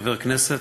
חבר כנסת,